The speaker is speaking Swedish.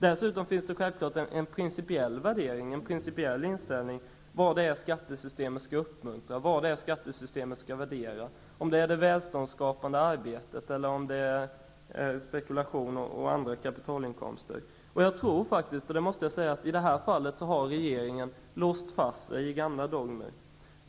Dessutom är det självfallet en principiell fråga vad skattesystemet skall uppmuntra och värdera, det välståndsskapande arbetet eller spekulation i andra kapitalinkomster. Jag tror faktiskt, och det måste jag säga, att i det här fallet har regeringen låst fast sig i gamla dogmer.